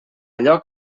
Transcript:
allò